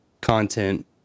content